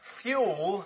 fuel